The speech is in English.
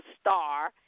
star